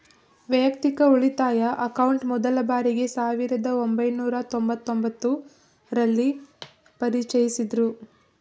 ವೈಯಕ್ತಿಕ ಉಳಿತಾಯ ಅಕೌಂಟ್ ಮೊದ್ಲ ಬಾರಿಗೆ ಸಾವಿರದ ಒಂಬೈನೂರ ತೊಂಬತ್ತು ಒಂಬತ್ತು ರಲ್ಲಿ ಪರಿಚಯಿಸಿದ್ದ್ರು